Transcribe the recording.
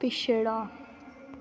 पिछड़ा